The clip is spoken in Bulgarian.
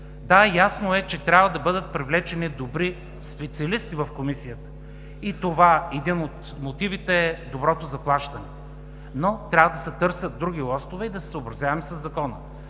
Ясно е, че трябва да бъдат привлечени добри специалисти в Комисията и един от мотивите е доброто заплащане. Но трябва да се търсят други лостове и да се съобразяваме със Закона.